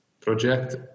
project